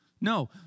No